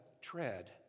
tread